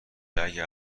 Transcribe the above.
اگه